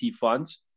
funds